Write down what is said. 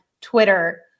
Twitter